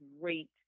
great